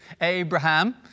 Abraham